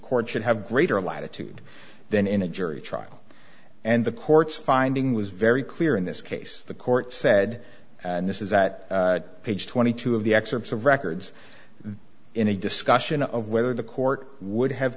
court should have greater latitude than in a jury trial and the court's finding was very clear in this case the court said and this is at page twenty two of the excerpts of records in a discussion of whether the court would have